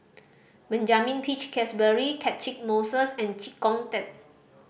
Benjamin Peach Keasberry Catchick Moses and Chee Kong Tet